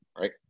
right